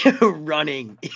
running